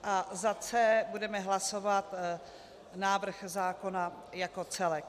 c) budeme hlasovat návrh zákona jako celek.